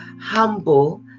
humble